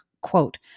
quote